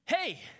Hey